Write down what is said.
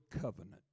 covenant